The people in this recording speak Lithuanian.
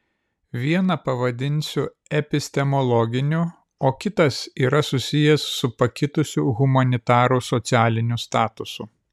vieną pavadinsiu epistemologiniu o kitas yra susijęs su pakitusiu humanitarų socialiniu statusu